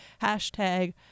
Hashtag